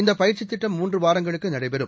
இந்தபயிற்சிதிட்டம் மூன்றுவாரங்களுக்குநடைபெறும்